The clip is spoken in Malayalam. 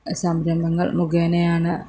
സംരംഭങ്ങൾ മുഖേനയാണ്